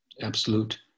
absolute